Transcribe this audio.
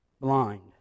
blind